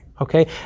Okay